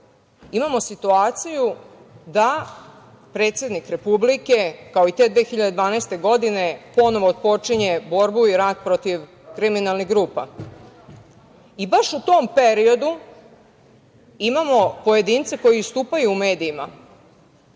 imamo situaciju da predsednik Republike, kao i te 2012. godine ponovo otpočinje borbu i rat protiv kriminalnih grupa. Baš u tom periodu imamo pojedince koji istupaju u medijima,